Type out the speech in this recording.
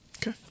Okay